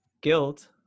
guilt